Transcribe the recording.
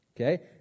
Okay